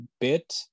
bit